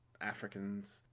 Africans